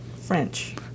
French